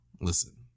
Listen